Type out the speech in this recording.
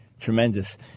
Tremendous